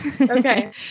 Okay